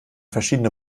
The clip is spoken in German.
verschiedene